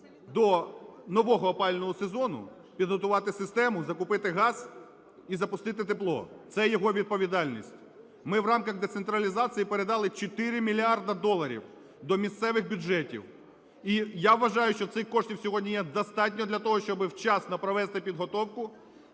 до нового опалювального сезону: підготувати систему, закупити газ і запустити тепло – це його відповідальність. Ми в рамках децентралізації передали 4 мільярди доларів до місцевих бюджетів. І я вважаю, що цих коштів сьогодні є достатньо для того, щоби вчасно провести підготовку,